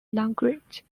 language